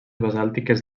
basàltiques